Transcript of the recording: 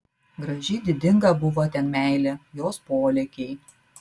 graži didinga buvo ten meilė jos polėkiai